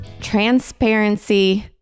transparency